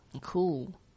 Cool